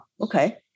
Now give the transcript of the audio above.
okay